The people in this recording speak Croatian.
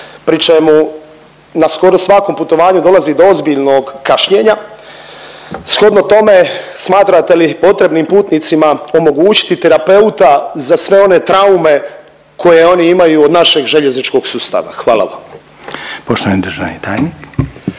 pri čemu na skoro svakom putovanju dolazi do ozbiljnog kašnjenja. Shodno tome smatrate li potrebnim putnicima omogućiti terapeuta za sve one traume koje oni imaju od našeg željezničkog sustava? Hvala vam. **Reiner, Željko